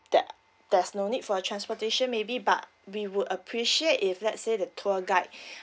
that there's no need for transportation may be but we would appreciate if let's say the tour guide